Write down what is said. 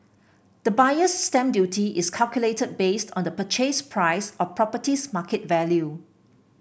the Buyer's Stamp Duty is calculated based on the purchase price or property's market value